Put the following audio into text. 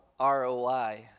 ROI